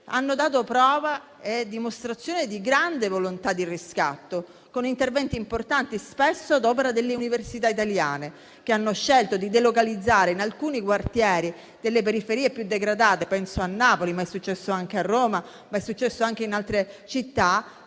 hanno dato prova e dimostrazione di grande volontà di riscatto, con interventi importanti, spesso ad opera delle università italiane, che hanno scelto di delocalizzare in alcuni quartieri delle periferie più degradate - penso a Napoli, ma è successo anche a Roma e in altre città